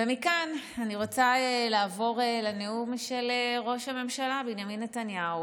ומכאן אני רוצה לעבור לנאום של ראש הממשלה בנימין נתניהו,